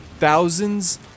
Thousands